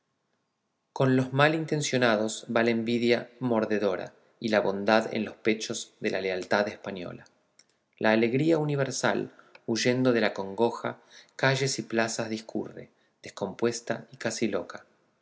con los mal intencionados va la envidia mordedora y la bondad en los pechos de la lealtad española la alegría universal huyendo de la congoja calles y plazas discurre descompuesta y casi loca